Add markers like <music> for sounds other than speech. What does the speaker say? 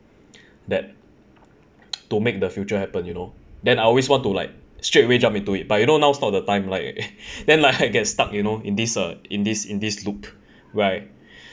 that to make the future happen you know then I always want to like straightway jump into it but you know now's not the time like <laughs> then like I get stuck you know in this uh in this in this loop right